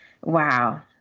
wow